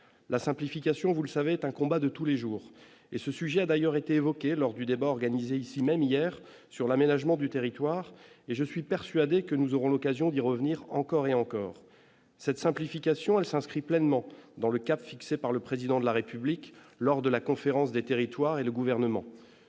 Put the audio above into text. la simplification, vous le savez, est un combat de tous les jours et ce sujet a d'ailleurs été évoqué lors du débat organisé ici même hier sur l'aménagement du territoire et je suis persuadé que nous aurons l'occasion d'y revenir encore et encore, cette simplification et s'inscrit pleinement dans le cap fixé par le président de la République lors de la conférence des territoires et le gouvernement